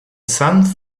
sun